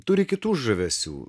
turi kitų žavesių